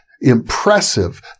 impressive